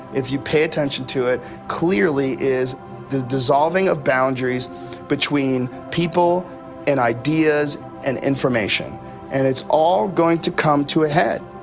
if you pay attention to it, clearly is the dissolving of boundaries between people and ideas and information and it's all going to come to a head.